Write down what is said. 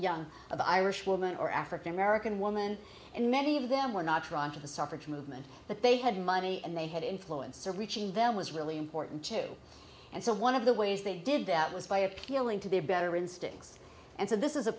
young of irish woman or african american woman and many of them were not drawn to the suffrage movement that they had money and they had influence or reaching them was really important too and so one of the ways they did that was by appealing to be a better instincts and so this is a